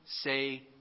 say